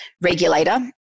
regulator